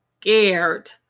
scared